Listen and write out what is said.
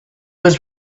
was